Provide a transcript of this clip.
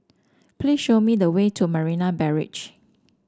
please show me the way to Marina Barrage